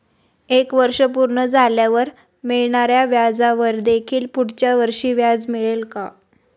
एक वर्ष पूर्ण झाल्यावर मिळणाऱ्या व्याजावर देखील पुढच्या वर्षी व्याज मिळेल का?